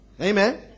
Amen